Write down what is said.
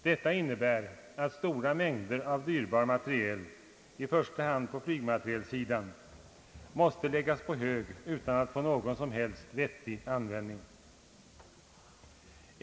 Detta innebär att stora mängder dyrbar materiel, i första hand flygmateriel, måste läggas på hög utan att få någon som helst vettig användning.